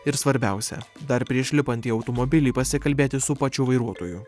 ir svarbiausia dar prieš lipant į automobilį pasikalbėti su pačiu vairuotoju